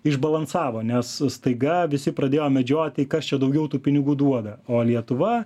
išbalansavo nes staiga visi pradėjo medžioti kas čia daugiau tų pinigų duoda o lietuva